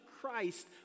Christ